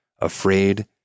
afraid